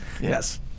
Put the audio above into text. Yes